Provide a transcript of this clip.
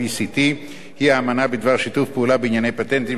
היא האמנה בדבר שיתוף פעולה בענייני פטנטים שנחתמה בוושינגטון